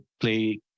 play